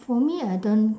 for me I don't